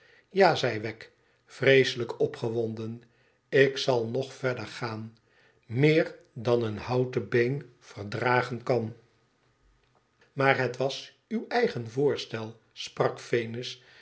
ja zei wegg vreeselijk opgewonden ik zal nog verder gaan meer dan een houten been verdragenkan maar het was uw eigen voorstel sprak venus